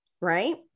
right